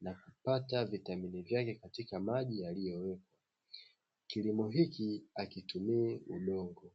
na kupata vitamini vyake katika maji yaliyowekwa. Kilimo hiki hakitumii udongo